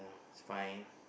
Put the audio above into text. it's fine